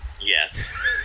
Yes